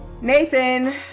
Nathan